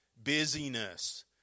Busyness